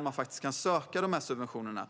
dessa subventioner kan sökas.